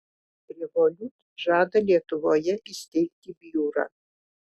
revolut žada lietuvoje įsteigti biurą